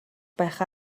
байх